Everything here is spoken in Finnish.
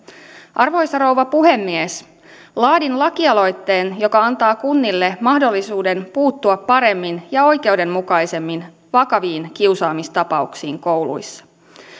arvoisa rouva puhemies laadin lakialoitteen joka antaa kunnille mahdollisuuden puuttua paremmin ja oikeudenmukaisemmin vakaviin kiusaamistapauksiin kouluissa